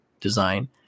design